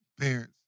parents